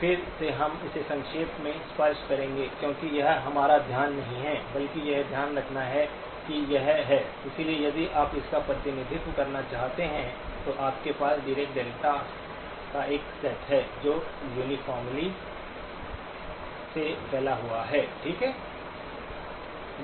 फिर से हम इसे संक्षेप में स्पर्श करेंगे क्योंकि यह हमारा ध्यान नहीं है बल्कि यह ध्यान रखना है कि यह है इसलिए यदि आप इसका प्रतिनिधित्व करना चाहते हैं तो आपके पास डीरेक डेल्टास का एक सेट है जो यूनिफार्मली से फैला हुआ है ठीक है